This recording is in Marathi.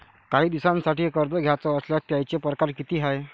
कायी दिसांसाठी कर्ज घ्याचं असल्यास त्यायचे परकार किती हाय?